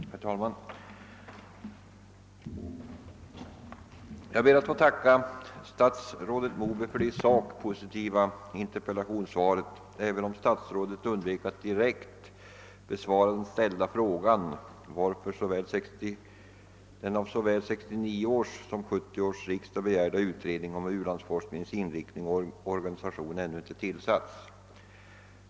Herr talman! Jag ber att få tacka statsrådet Moberg för det i sak positiva interpellationssvaret, även om statsrådet undvek att direkt besvara den ställda frågan, varför den av såväl 1969 års som 1970 års riksdagar begärda utredningen om u-landsforskningens inriktning och organisation ännu icke tillsatts.